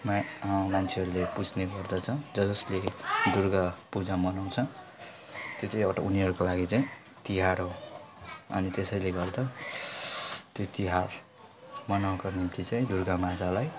मा मान्छेहरूले पुज्ने गर्दछ ज जसले दुर्गा पूजा मनाउँछ त्यो चाहिँ एउटा उनीहरूको लागि चाहिँ तिहार हो अनि त्यसैले गर्दा त्यो तिहार मनाएको निम्ति चाहिँ दुर्गा मातालाई